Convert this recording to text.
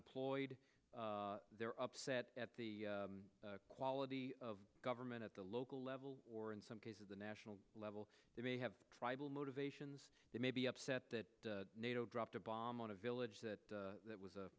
employed they're upset at the quality of government at the local level or in some cases the national level they may have tribal motivations they may be upset that nato dropped a bomb on a village that it was a